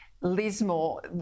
Lismore